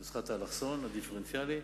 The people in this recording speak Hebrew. את נוסחת האלכסון הדיפרנציאלי,